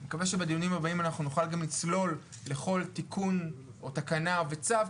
אני מקווה שבדיונים הבאים אנחנו נוכל גם לצלול לכל תיקון או תקנה וצו,